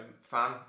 fan